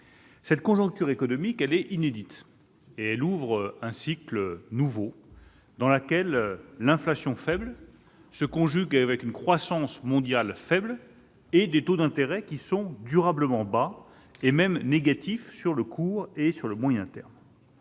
La conjoncture économique est inédite. Elle ouvre un cycle nouveau dans lequel l'inflation faible se conjugue avec une croissance mondiale faible et des taux d'intérêt durablement bas, voire même négatifs sur le court et moyen terme.